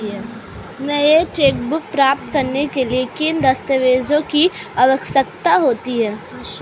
नई चेकबुक प्राप्त करने के लिए किन दस्तावेज़ों की आवश्यकता होती है?